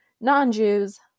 non-Jews